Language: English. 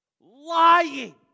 lying